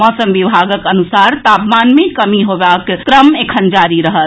मौसम विभागक अनुसार तापमान मे कमी होएबाक क्रम एखन जारी रहत